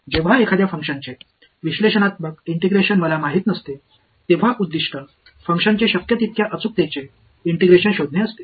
जेव्हा एखाद्या फंक्शनचे विश्लेषणात्मक इंटिग्रेशन मला माहित नसते तेव्हा उद्दीष्ट फंक्शनचे शक्य तितक्या अचूकतेचे इंटिग्रल शोधणे असते